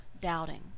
doubting